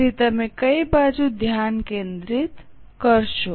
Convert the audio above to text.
તેથી તમે કઈ બાજુ ધ્યાન કેન્દ્રિત કરશો